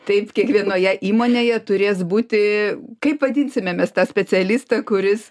taip kiekvienoje įmonėje turės būti kaip vadinsime mes tą specialistą kuris